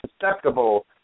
susceptible